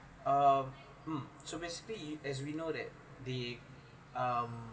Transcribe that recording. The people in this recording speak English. um hmm so basically as we know that the um